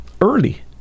early